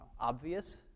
obvious